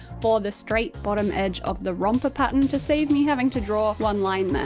for the straight bottom edge of the romper pattern to save me having to draw one line there.